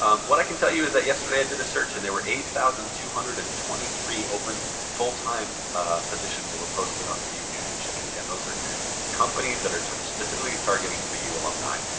um what i can tell you is that yesterday i did a search and there were eight thousand two hundred and twenty three open full-time positions that were posted on bu handshake. and again, those are companies that are specifically targeting bu alumni.